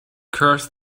curse